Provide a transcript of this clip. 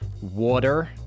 Water